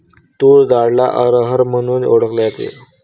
तूर डाळला अरहर म्हणूनही ओळखल जाते